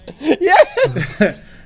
Yes